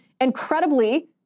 incredibly